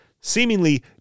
seemingly